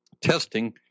testing